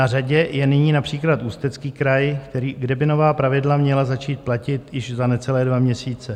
Na řadě je nyní například Ústecký kraj, kde by nová pravidla měla začít platit již za necelé dva měsíce.